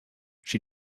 she